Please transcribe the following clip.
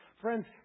Friends